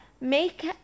make